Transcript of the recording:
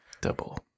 Double